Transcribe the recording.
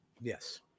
Yes